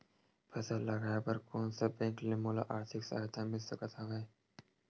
फसल लगाये बर कोन से बैंक ले मोला आर्थिक सहायता मिल सकत हवय?